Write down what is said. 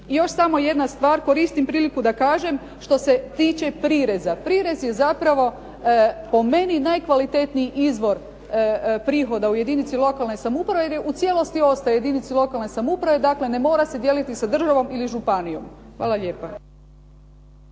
I još samo jedna stvar. Koristim priliku da kažem što se tiče prireza. Prirez je zapravo po meni najkvalitetniji izvor prihoda u jedinici lokalne samouprave jer je u cijelosti ostao jedinici lokalne samouprave, dakle ne mora se dijeliti sa državom ili županijom. Hvala lijepa.